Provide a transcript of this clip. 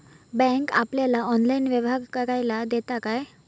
Bank आपल्याला online व्यवहार करायला देता काय?